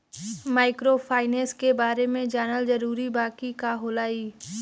Microfinance के बारे में जानल जरूरी बा की का होला ई?